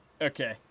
okay